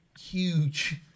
huge